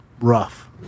rough